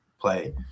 play